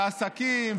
עסקים,